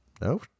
no